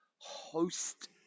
Host